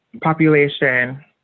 population